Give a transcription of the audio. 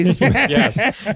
yes